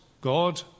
God